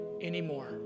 anymore